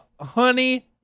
honey